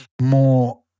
more